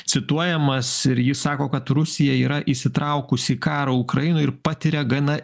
cituojamas ir jis sako kad rusija yra įsitraukusi į karą ukrainoj ir patiria gana